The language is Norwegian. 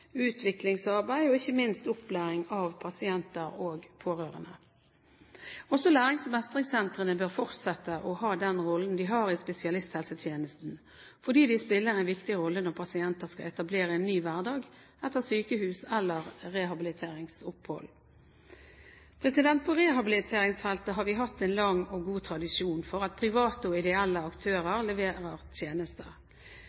utviklingsarbeid og ikke minst opplæring av pasienter og pårørende. Også lærings- og mestringssentrene bør fortsette å ha den rollen de har i spesialisthelsetjenesten, fordi de spiller en viktig rolle når pasienter skal etablere en ny hverdag etter et sykehus- eller et rehabiliteringsopphold. På rehabiliteringsfeltet har vi hatt en lang og god tradisjon for at private og ideelle